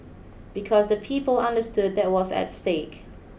because the people understood there was at stake